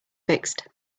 fixed